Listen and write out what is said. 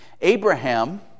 Abraham